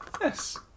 Yes